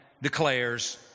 Declares